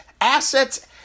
assets